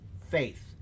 faith